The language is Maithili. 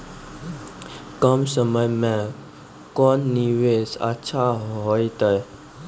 कम समय के कोंन निवेश अच्छा होइतै?